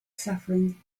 suffering